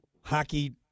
hockey